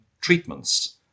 treatments